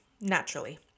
naturally